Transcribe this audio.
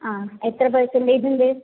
ആ എത്ര പെർസെന്റേജുണ്ട്